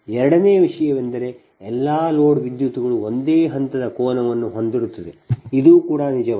ಎರಡನೆಯ ವಿಷಯವೆಂದರೆ ಎಲ್ಲಾ ಲೋಡ್ ವಿದ್ಯುತ್ ಗಳು ಒಂದೇ ಹಂತದ ಕೋನವನ್ನು ಹೊಂದಿರುತ್ತವೆ ಇದು ಕೂಡ ನಿಜವಲ್ಲ